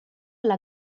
alla